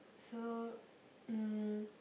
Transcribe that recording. so mm